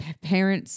parents